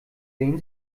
sehen